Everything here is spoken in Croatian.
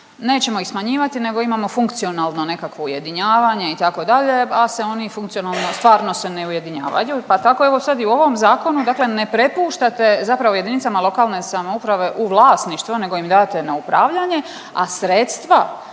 nećemo ih smanjivati nego imamo funkcionalno nekakvo ujedinjavanje itd., al se oni funkcionalno stvarno se ne ujedinjavanju, pa tako evo sad i u ovom zakonu, dakle ne prepuštate zapravo jedinicama lokalne samouprave u vlasništvo nego im dajete na upravljanje, a sredstva